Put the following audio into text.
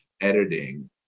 editing